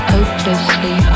Hopelessly